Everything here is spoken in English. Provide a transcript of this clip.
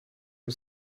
for